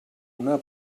una